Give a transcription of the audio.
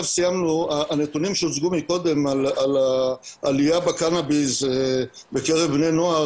הנתונים שהוצגו מקודם על העלייה בקנאביס בקרב בני נוער,